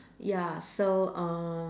ya so uh